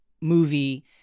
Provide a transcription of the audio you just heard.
movie